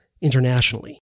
internationally